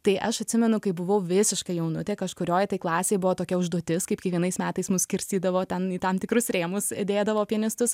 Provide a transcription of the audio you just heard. tai aš atsimenu kai buvau visiškai jaunutė kažkurioj tai klasėj buvo tokia užduotis kaip kiekvienais metais mus skirstydavo ten į tam tikrus rėmus įdėdavo pianistus